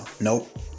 Nope